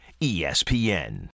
ESPN